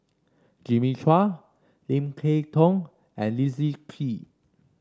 Jimmy Chua Lim Kay Tong and Leslie Kee